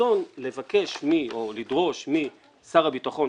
לבקש או לדרוש משר הביטחון,